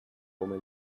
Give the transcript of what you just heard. come